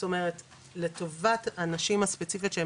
זאת אומרת לטובת הנשים הספציפיות שהן